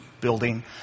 building